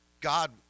God